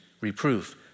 reproof